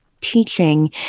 teaching